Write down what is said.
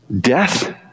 death